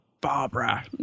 barbara